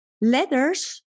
letters